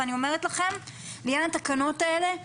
ואני אומרת לכם, לעניין התקנות האלה,